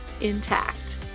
intact